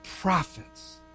prophets